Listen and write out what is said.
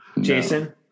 jason